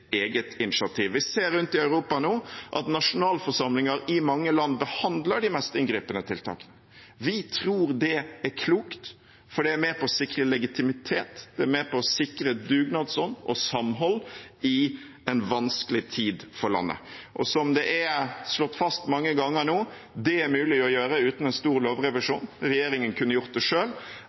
Vi ser rundt i Europa nå at nasjonalforsamlingen i mange land behandler de mest inngripende tiltakene. Vi tror det er klokt, for det er med på å sikre legitimitet, det er med på å sikre dugnadsånd og samhold i en vanskelig tid for landet. Og som det er slått fast mange ganger nå: Det er mulig å gjøre det uten en stor lovrevisjon. Regjeringen kunne gjort det